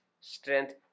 Strength